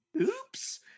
oops